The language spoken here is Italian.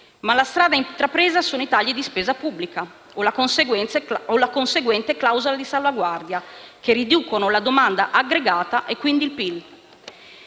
tuttavia, è quella dei tagli di spesa pubblica o la conseguente clausola di salvaguardia, che riducono la domanda aggregata e quindi il PIL.